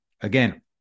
again